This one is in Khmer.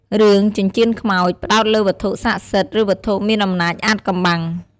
រឿង ចិញ្ចៀនខ្មោច ផ្ដោតលើវត្ថុស័ក្តិសិទ្ធិ ឬវត្ថុមានអំណាចអាថ៌កំបាំង។